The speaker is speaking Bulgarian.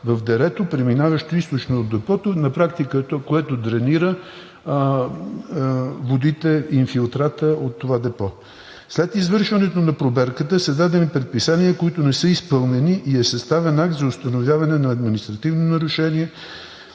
в дерето, преминаващо източно от депото, което дренира водите, инфилтрата от това депо. След извършването на проверката са дадени предписания, които не са изпълнени, и е съставен акт за установяване на административно нарушение